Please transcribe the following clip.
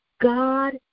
God